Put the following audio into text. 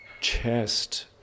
chest